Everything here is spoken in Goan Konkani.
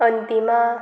अंतिमा